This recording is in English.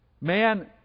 man